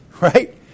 right